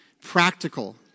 Practical